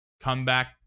comeback